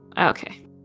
okay